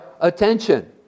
attention